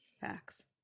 facts